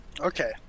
Okay